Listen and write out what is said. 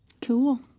Cool